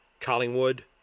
Collingwood